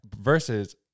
Versus